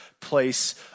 place